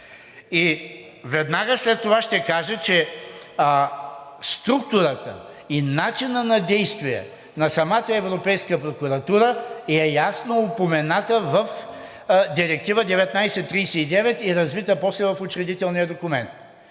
Веднага след това ще кажа, че структурата и начинът на действие на самата Европейска прокуратура са ясно упоменати в Директива 1939 и развити после в учредителния документ.